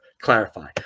clarify